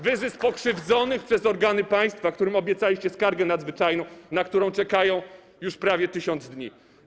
Wyzysk pokrzywdzonych przez organy państwa, którym obiecaliście skargę nadzwyczajną, na którą czekają już prawie 1000 dni.